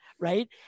Right